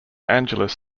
angeles